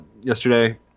yesterday